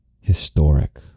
historic